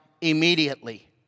immediately